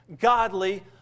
godly